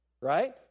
Right